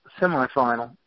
semifinal